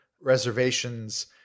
reservations